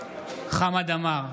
חמד עמאר,